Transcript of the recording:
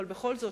אבל בכל זאת,